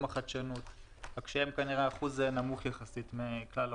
החדשנות אלא הם כנראה אחוז נמוך יחסית מכלל העובדים.